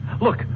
Look